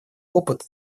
опыт